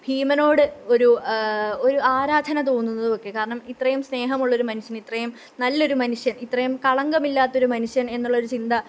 ഭീമനോട് ഒരു ഒരു ആരാധന തോന്നുന്നതുവൊക്കെ കാരണം ഇത്രയും സ്നേഹമുള്ളൊരു മനുഷ്യന് ഇത്രയും നല്ലൊരു മനുഷ്യന് ഇത്രയും കളങ്കമില്ലാത്തൊരു മനുഷ്യന് എന്നുള്ളൊരു ചിന്ത